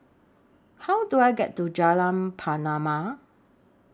How Do I get to Jalan Pernama